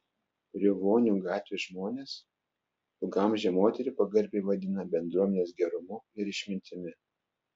riovonių gatvės žmonės ilgaamžę moterį pagarbiai vadina bendruomenės gerumu ir išmintimi